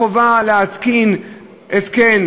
החובה להתקין התקן